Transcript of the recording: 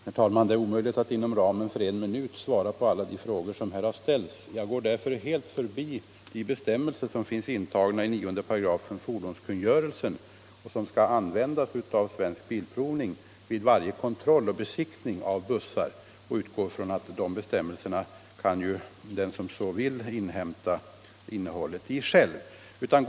Herr talman! Det är omöjligt att inom en minut svara på alla de frågor som här har ställts. Jag går därför helt förbi de bestämmelser som finns intagna i 9 § fordonskungörelsen och som skall användas av Svensk Bilprovning vid varje kontrollbesiktning av bussar. Jag utgår ifrån att den som så vill kan själv inhämta innehållet i de bestämmelserna.